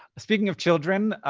speaking of children,